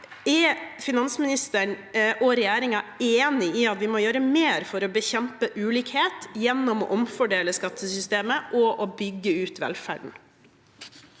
Er finansministeren og regjeringen enig i at vi må gjøre mer for å bekjempe ulikhet gjennom å omfordele skattesystemet og bygge ut velferden?